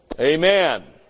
Amen